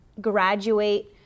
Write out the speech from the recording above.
graduate